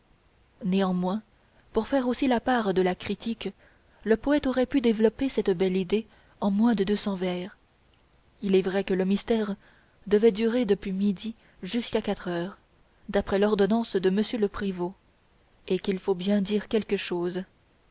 néanmoins pour faire aussi la part de la critique le poète aurait pu développer cette belle idée en moins de deux cents vers il est vrai que le mystère devait durer depuis midi jusqu'à quatre heures d'après l'ordonnance de monsieur le prévôt et qu'il faut bien dire quelque chose